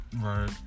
right